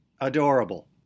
Adorable